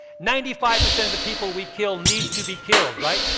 ninety five percent of the people we kill need to be killed, right?